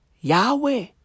Yahweh